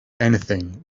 anything